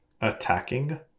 attacking